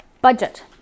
budget